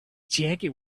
jacket